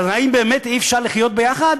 אז האם באמת אי-אפשר לחיות יחד?